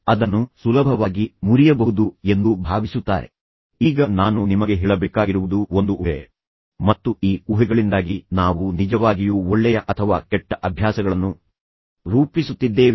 ಅವರು ಬಯಸಿದಾಗ ಅಭ್ಯಾಸವನ್ನು ಮುರಿಯಬಹುದು ಎಂದು ಅವರು ಭಾವಿಸುತ್ತಾರೆ ಈಗ ನಾನು ನಿಮಗೆ ಹೇಳಬೇಕಾಗಿರುವುದು ಒಂದು ಊಹೆ ಮತ್ತು ಈ ಊಹೆಗಳಿಂದಾಗಿ ನಾವು ನಿಜವಾಗಿಯೂ ಒಳ್ಳೆಯ ಅಥವಾ ಕೆಟ್ಟ ಅಭ್ಯಾಸಗಳನ್ನು ರೂಪಿಸುತ್ತಿದ್ದೇವೆ